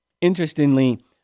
Interestingly